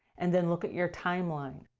and then look at your timeline.